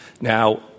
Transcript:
Now